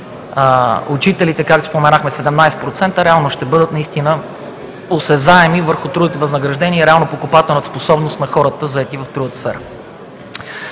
учителите, както споменахме, 17% реално ще бъдат наистина осезаеми върху трудовите възнаграждения и реалната покупателна способност на хората, заети в трудовата сфера.